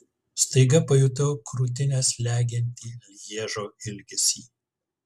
staiga pajutau krūtinę slegiantį lježo ilgesį